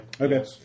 Okay